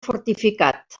fortificat